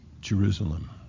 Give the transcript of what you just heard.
Jerusalem